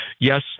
yes